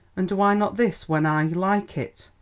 and why not this when i like it?